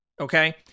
okay